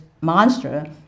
monster